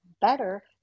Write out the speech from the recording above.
better